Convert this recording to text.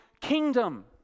kingdom